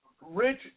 Rich